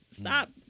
Stop